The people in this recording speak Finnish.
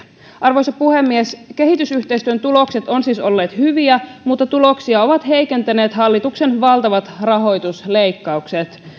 arvoisa puhemies kehitysyhteistyön tulokset ovat siis olleet hyviä mutta tuloksia ovat heikentäneet hallituksen valtavat rahoitusleikkaukset